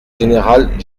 général